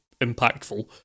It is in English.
impactful